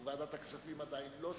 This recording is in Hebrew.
כי ועדת הכספים עדיין לא סיימה.